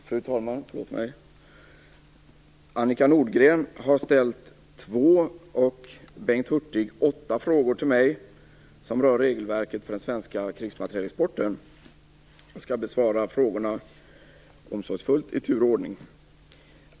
Fru talman! Annika Nordgren har ställt två och Bengt Hurtig åtta frågor till mig som rör regelverket för den svenska krigsmaterielexporten. Jag skall besvara frågorna omsorgsfullt i tur och ordning.